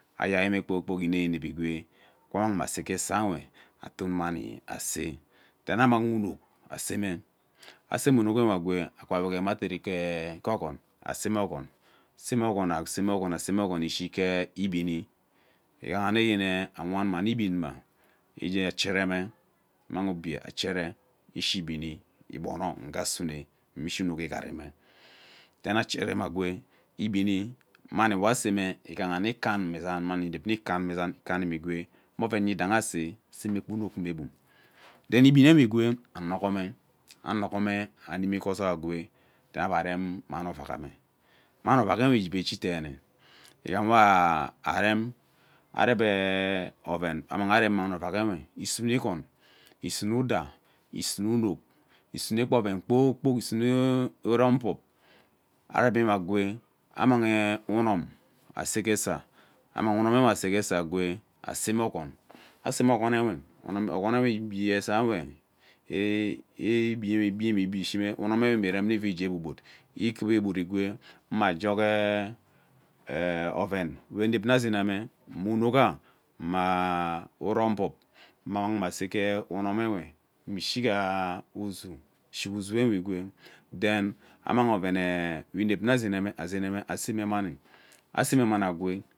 Ayai me kpoo kpok igwee akwa ammang aton asege gee isewe aton mani ase then ammang unuk aseme aseme onuk nwe agwee akwa wege me adari gee ogon nwe aseme ogon aseme ogon aseme ogon toto ishike igbeni avami mme nne igbui mma ije chere me ammang obie achere ishi igbini igbono enge asume me ishi unok igarime them achere mme agwe igbini mani we aseme igaha mme ikamma isang itak mani inep nne ikan isang egwe meaven yedahi ase, aseme onok mmebum then ava arem mani ovak ame amni ovak nwe igwebe echi deene igham we arem arep oven ammang arem mani ovak ewe isune igon isume udaa isume unok isune kpa oven kpoo kpok isuubap arepvi mme agwee ammang unon ase gee esa ammangh onum nwe ase ge agwee eseme ogon aseme ogon ogonwe igbe asee igbi igbime umome mme ivi rem nne agee egwo gwobud ikavu egwud egwe mma jak oven we nvevi nna azeweme mma onukga mma urong bub ammang mme asege unome nwe ishiga uzu ishiga uzu nwe igwee then ammang ebe inevi nne azaneme azeneme then aseme mani aseme mani agwee.